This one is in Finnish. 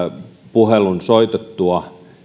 puhelu soitettua